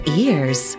ears